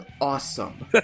awesome